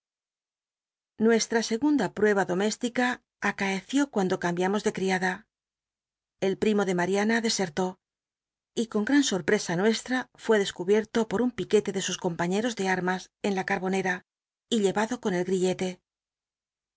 xuesha egunda prueba domé lica acaeció cuando cambiamos de ctiada el primo de lariana descrió y con gtan sorpresa nuestra fué descubierto por un piquete de sus compaiíeros de lll'lnas en la carbonera y llevado con el grillete